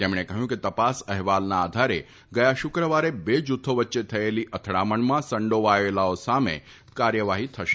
તેમણે કહ્યું કે તપાસ અહેવાલના આધારે ગયા શુક્રવારે બે જૂથો વચ્ચે થયેલી અથડામણમાં સંડોવાયેલાઓ સામે કાર્યવાફી કરાશે